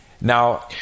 now